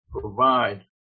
provide